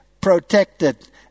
protected